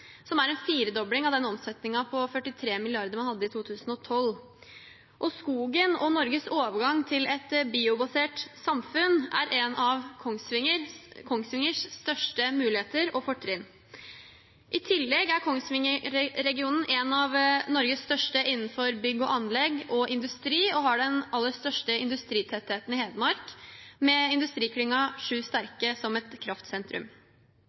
som er en firedobling av den omsetningen på 43 mrd. kr man hadde i 2012. Skogen og Norges overgang til et biobasert samfunn er en av Kongsvingers største muligheter og fortrinn. I tillegg er Kongsvinger-regionen en av Norges største innenfor bygg og anlegg og industri, og har den aller største industritettheten i Hedmark med industriklyngen 7sterke som et kraftsentrum.